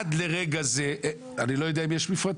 עד לרגע לזה אני לא יודע אם יש מפרטים,